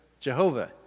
Jehovah